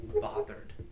bothered